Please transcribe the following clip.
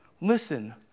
Listen